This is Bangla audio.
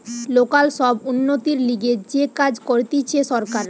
লোকাল সব উন্নতির লিগে যে কাজ করতিছে সরকার